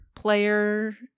Player